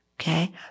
Okay